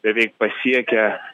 beveik pasiekę